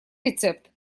рецепт